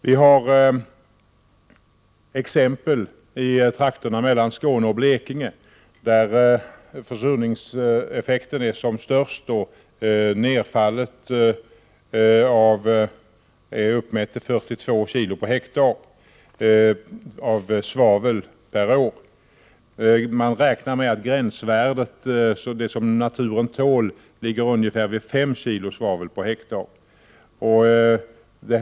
Vi har exempel från trakterna mellan Skåne och Blekinge, där försurningseffekten är som störst och där nedfallet av svavel är uppmätt till 42 kg per hektar och år.